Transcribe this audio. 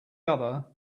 other